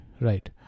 right